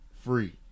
free